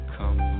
Come